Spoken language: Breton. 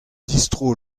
distro